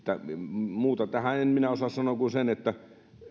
muuta tähän en minä osaa sanoa kuin sen että